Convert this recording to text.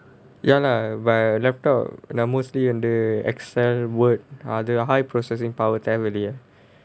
ya lah but laptop நான்:naan mostly வந்து:vanthu Excel Word are the high processing power தேவையில்லையே:thevayillaiyae